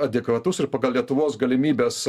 adekvatus ir pagal lietuvos galimybes